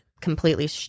completely